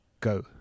go